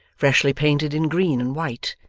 freshly painted in green and white,